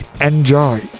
Enjoy